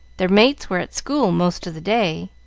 their mates were at school most of the day,